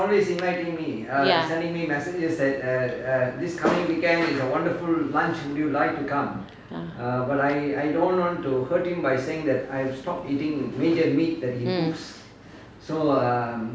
ya mm